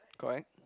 correct